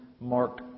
Mark